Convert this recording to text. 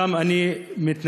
גם אני מתנגד,